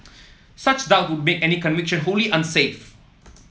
such doubts would make any conviction wholly unsafe